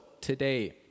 today